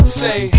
say